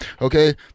Okay